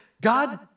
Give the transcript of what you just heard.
God